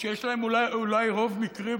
שיש לכם אולי רוב מקרי,